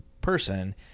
person